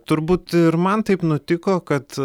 turbūt ir man taip nutiko kad